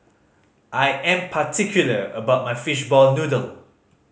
I am particular about my fishball noodle